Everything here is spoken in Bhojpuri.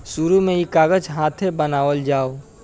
शुरु में ई कागज हाथे बनावल जाओ